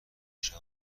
بشر